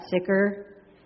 sicker